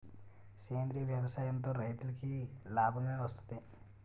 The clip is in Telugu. సేంద్రీయ వ్యవసాయం తో రైతులకి నాబమే వస్తది